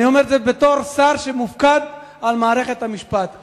אני אומר את זה, בתור שר שמופקד על מערכת המשפט.